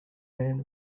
band